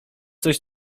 coś